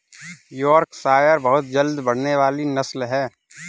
Yorkshire बहुत जल्दी बढ़ने वाली नस्ल है